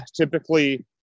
typically